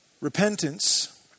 Repentance